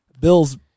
Bills